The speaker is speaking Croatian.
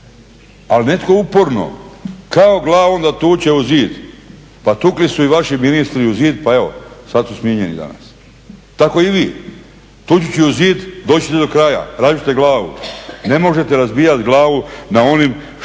Ali netko uporno kao glavom da tuče u zid, pa tukli su i vaši ministri u zid pa evo, sad su smijenjeni danas. Tako i vi, tuči ću u zid, doći ću do kraja, razbit ćete glavu. Ne možete razbijati glavu na ovim što